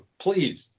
please